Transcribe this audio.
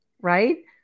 right